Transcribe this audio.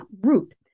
root